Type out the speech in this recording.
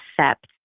accept